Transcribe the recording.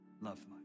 love